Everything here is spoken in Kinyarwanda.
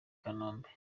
kanombe